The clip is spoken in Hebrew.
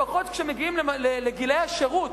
לפחות כשמגיעים לגיל השירות,